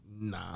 Nah